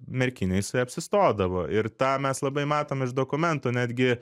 merkinėj jisai apsistodavo ir tą mes labai matom iš dokumentų netgi